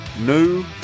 New